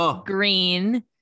Green